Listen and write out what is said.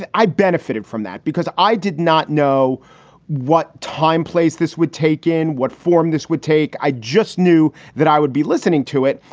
i benefited from that because i did not know what time place this would take, in what form this would take. i just knew that i would be listening to it.